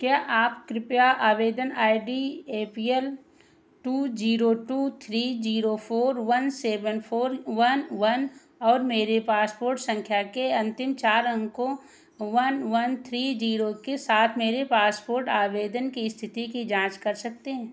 क्या आप कृपया आवेदन I D A P L two zero two three zero four one seven four one one और मेरे पासपोर्ट संख्या के अंतिम चार अंकों वन वन थ्री जीरो के साथ मेरे पासपोर्ट आवेदन की स्थिति की जांच कर सकते हैं